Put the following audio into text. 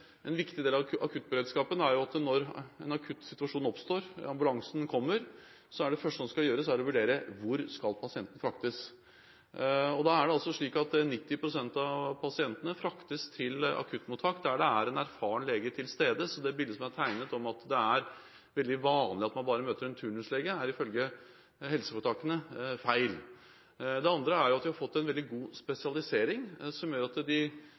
en viktig del av akuttberedskapen er at når en akutt situasjon oppstår og ambulansen kommer, er det første som skal gjøres, å vurdere hvor pasienten skal fraktes. Da er det slik at 90 pst. av pasientene fraktes til akuttmottak der det er en erfaren lege til stede. Så det bildet som er tegnet av at det er veldig vanlig at man bare møter en turnuslege, er ifølge helseforetakene feil. Det andre er at vi har fått en veldig god spesialisering, som gjør at